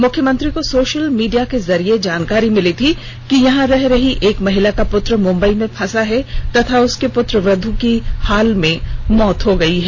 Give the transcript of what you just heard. मुख्यमंत्री को social media के जरिए जानकारी मिली थी कि यहां रह रही एक महिला का पुत्र मुंबई में फंसा है तथा पुत्रवधू की हाल में मौत हो चुकी है